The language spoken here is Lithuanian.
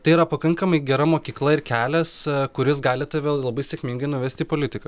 tai yra pakankamai gera mokykla ir kelias kuris gali tave labai sėkmingai nuvesti į politiką